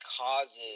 causes